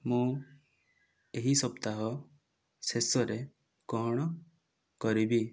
ମୁଁ ଏହି ସପ୍ତାହ ଶେଷରେ କ'ଣ କରିବି